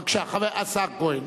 בבקשה, השר כהן.